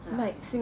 这两期